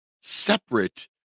separate